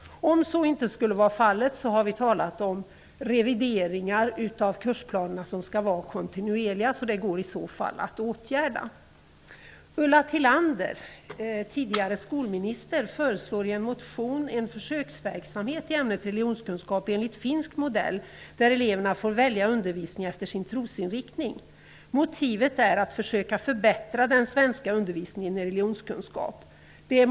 Om så inte skulle vara fallet, har vi talat om revideringar av kursplanerna, som skall vara kontinuerliga, så att det i så fall går att åtgärda. Ulla Tillander, tidigare skolminister, föreslår i en motion en försöksverksamhet i ämnet religionskunskap enligt finsk modell, där eleverna får välja undervisning efter sin trosinriktning. Motivet är att försöka förbättra den svenska undervisningen i religionskunskap.